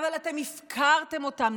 אבל אתם הפקרתם אותם.